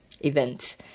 events